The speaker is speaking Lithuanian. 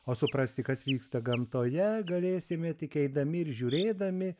o suprasti kas vyksta gamtoje galėsime tik eidami ir žiūrėdami